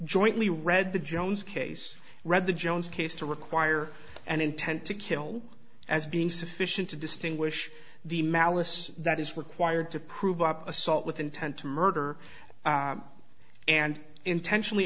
jointly read the jones case read the jones case to require an intent to kill as being sufficient to distinguish the malice that is required to prove assault with intent to murder and intentionally